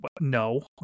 no